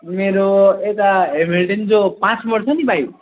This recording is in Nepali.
मेरो यता हेमिल्टनको पाँच पर्छ नि भाइ